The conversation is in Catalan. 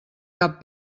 cap